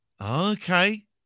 Okay